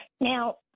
Now